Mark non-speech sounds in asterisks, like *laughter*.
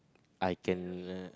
I can *noise*